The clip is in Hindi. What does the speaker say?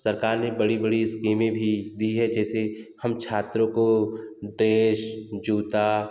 सरकार ने बड़ी बड़ी स्कीमें भी दी है जैसे हम छात्रों को ड्रेस जूता